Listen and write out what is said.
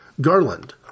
Garland